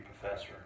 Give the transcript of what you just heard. professor